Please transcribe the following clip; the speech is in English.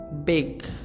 big